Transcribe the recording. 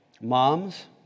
Moms